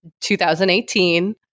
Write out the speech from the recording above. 2018